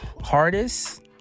hardest